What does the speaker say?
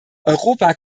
europa